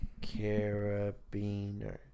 Carabiner